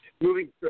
Moving